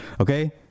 Okay